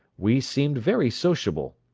we seemed very sociable,